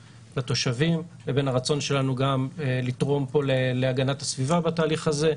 לתושבים לבין הרצון שלנו גם לתרום להגנת הסביבה בתהליך הזה,